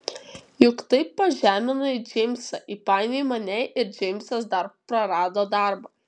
juk taip pažeminai džeimsą įpainiojai mane ir džeimsas dar prarado darbą